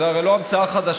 זו הרי לא המצאה חדשה,